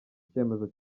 icyemezo